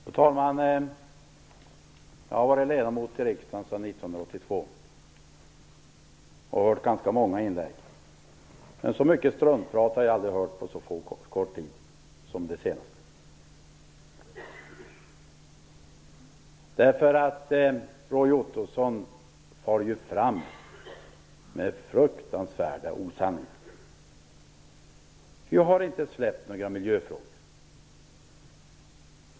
Fru talman! Jag har varit ledamot i riksdagen sedan 1982 och hört ganska många inlägg, men så mycket struntprat har jag aldrig hört på så kort tid som i det senaste. Roy Ottosson far ju fram med fruktansvärda osanningar. Vi har inte släppt några miljöfrågor.